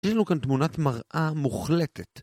אין לו כאן תמונת מראה מוחלטת.